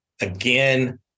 Again